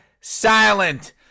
silent